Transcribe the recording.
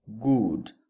good